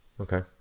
Okay